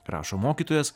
rašo mokytojas